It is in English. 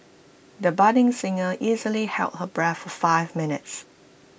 the budding singer easily held her breath for five minutes